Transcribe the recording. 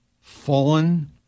fallen